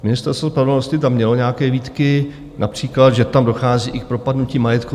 Ministerstvo spravedlnosti tam mělo nějaké výtky, například, že tam dochází i k propadnutí majetku.